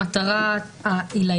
זאת המטרה העילאית.